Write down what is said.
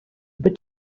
but